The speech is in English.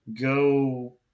go